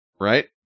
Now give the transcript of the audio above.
right